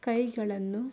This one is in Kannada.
ಕೈಗಳನ್ನು